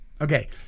Okay